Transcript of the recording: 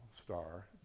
star